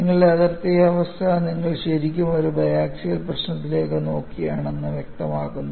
നിങ്ങളുടെ അതിർത്തി അവസ്ഥ നിങ്ങൾ ശരിക്കും ഒരു ബയാക്സിയൽ പ്രശ്നത്തിലേക്ക് നോക്കുകയാണെന്ന് വ്യക്തമാക്കുന്നു